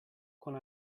con